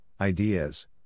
ideas